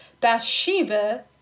Bathsheba